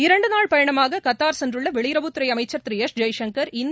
இரண்டு நாள் பயணமாக கத்தாா் சென்றுள்ள வெளியுறவுத்துறை அமைச்சா் திரு எஸ் ஜெய்சங்கா்